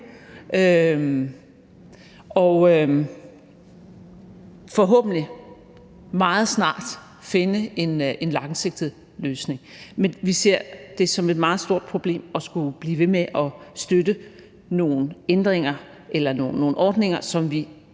og forhåbentlig meget snart finde en langsigtet løsning. Men vi ser det som et meget stort problem at skulle blive ved med at støtte nogle ordninger, som vi